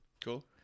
Cool